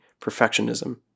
perfectionism